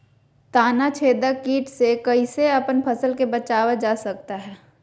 तनाछेदक किट से कैसे अपन फसल के बचाया जा सकता हैं?